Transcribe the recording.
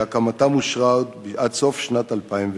שהקמתם אושרה עד סוף שנת 2006,